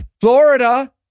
Florida